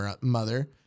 mother